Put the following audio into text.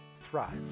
thrive